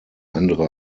andere